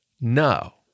No